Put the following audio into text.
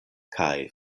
kaj